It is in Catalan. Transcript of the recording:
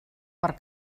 per